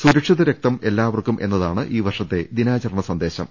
സുരക്ഷിത രക്തം എല്ലാവർക്കും എന്നതാണ് ഈ വർഷത്തെ ദിനാചരണ സന്ദേശം